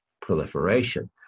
proliferation